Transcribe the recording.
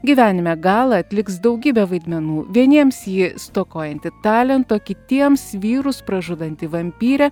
gyvenime gala atliks daugybę vaidmenų vieniems ji stokojanti talento kitiems vyrus pražudanti vampyrė